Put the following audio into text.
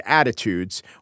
attitudes